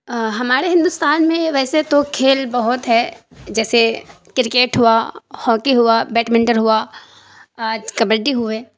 ہمارے ہندوستان میں ویسے تو کھیل بہت ہے جیسے کرکٹ ہوا ہاکی ہوا بیٹمنٹن ہوا کبڈی ہوئے